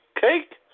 Cake